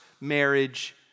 marriage